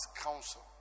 counsel